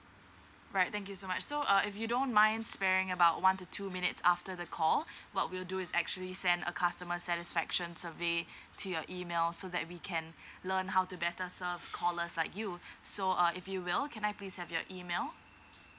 right thank you so much so uh if you don't mind sparing about one to two minutes after the call what we'll do is actually send a customer satisfaction survey to your email so that we can learn how to better serve callers like you so uh if you will can I please have your email